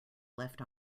left